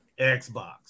Xbox